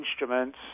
instruments